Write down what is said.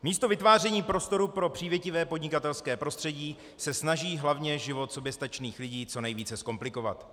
Místo vytváření prostoru pro přívětivé podnikatelské prostředí se snaží hlavně život soběstačných lidí co nejvíce zkomplikovat.